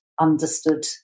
understood